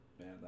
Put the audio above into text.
Man